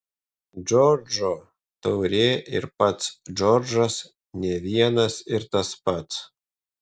džordžo taurė ir pats džordžas ne vienas ir tas pats